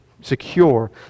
secure